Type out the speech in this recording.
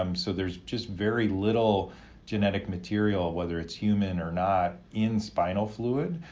um so there's just very little genetic material, whether it's human or not, in spinal fluid.